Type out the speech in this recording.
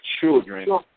children